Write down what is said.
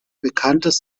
bekanntes